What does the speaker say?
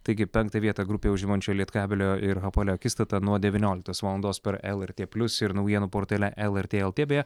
taigi penktą vietą grupėje užimančio lietkabelio ir hapoelio akistata nuo devynioliktos valandos per lrt plius ir naujienų portale lrt lt beje